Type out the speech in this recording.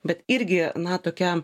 bet irgi na tokia